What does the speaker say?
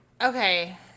Okay